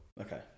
Okay